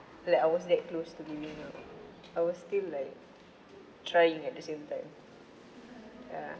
like I was that close to giving up I was still like trying at the same time ya